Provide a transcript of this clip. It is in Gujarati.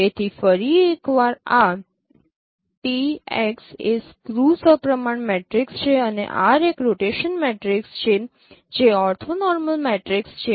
તેથી ફરી એક વાર આ એ સ્ક્યૂ સપ્રમાણ મેટ્રિક્સ છે અને R એક રોટેશન મેટ્રિક્સ છે જે ઓર્થોનોર્મલ મેટ્રિક્સ છે